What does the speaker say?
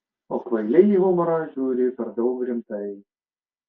o kvailiai į humorą žiūri per daug rimtai